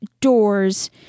doors